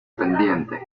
pendiente